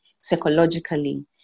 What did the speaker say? psychologically